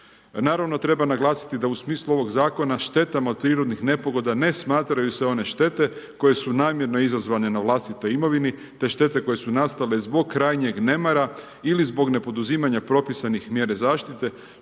Naravno, treba naglasiti da u smislu ovog zakona, štetama od prirodnih nepogodama, ne smatraju se one štete koje su namjerno izazvane na vlastitoj imovini, te štete koje su nastale zbog krajnjeg nemara ili zbog nepoduzimanja propisanih mjere zaštite,